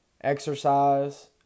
exercise